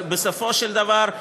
אבל בסופו של דבר,